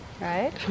right